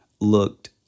looked